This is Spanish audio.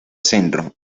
centro